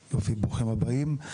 יופי, ברוכים הבאים.